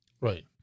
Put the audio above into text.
Right